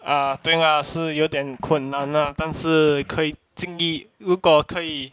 ah 对 ah 是有点困难 lah 但是可以尽力如果可以